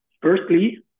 Firstly